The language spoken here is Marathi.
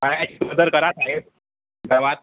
काय सोय तर करा साहेब गावात